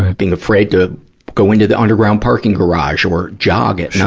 being afraid to go into the underground parking garage or jog at night,